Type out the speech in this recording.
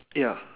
ya